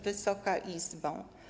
Wysoka Izbo!